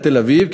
לתל-אביב,